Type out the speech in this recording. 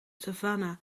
savannah